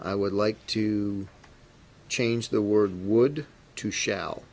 i would like to change the word would to sh